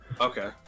Okay